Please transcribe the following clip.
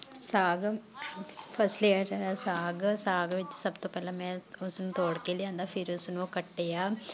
ਸਾਗ ਫਸਟਲੀ ਸਾਗ ਸਾਗ ਵਿੱਚ ਸਭ ਤੋਂ ਪਹਿਲਾਂ ਮੈਂ ਉਸਨੂੰ ਤੋੜ ਕੇ ਲਿਆਉਂਦਾ ਫਿਰ ਉਸਨੂੰ ਕੱਟਿਆ